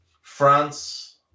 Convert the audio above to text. France